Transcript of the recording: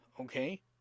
okay